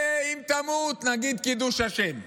זה, אם תמות, נגיד "קידוש השם",